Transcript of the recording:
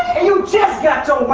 and you just got